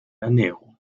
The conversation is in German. ernährung